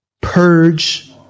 purge